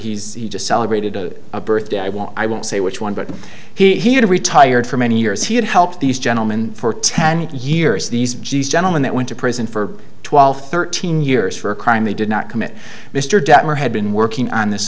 retired he's just celebrated a birthday i won't i won't say which one but he had retired for many years he had helped these gentlemen for ten years these gentlemen that went to prison for twelve thirteen years for a crime they did not commit mr detmer had been working on this